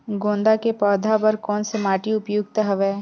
गेंदा के पौधा बर कोन से माटी उपयुक्त हवय?